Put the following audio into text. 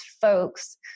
folks